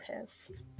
pissed